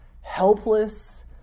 helpless